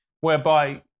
whereby